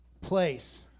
place